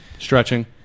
Stretching